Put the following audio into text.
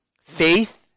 Faith